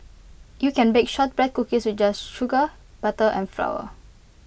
you can bake Shortbread Cookies with just sugar butter and flour